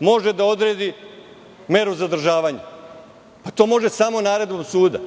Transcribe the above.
može da odredi meru zadržavanja. Pa, to može samo naredbom suda.